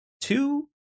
two